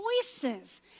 choices